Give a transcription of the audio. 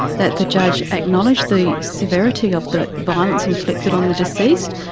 that the judge acknowledged the severity of the violence inflicted on the deceased,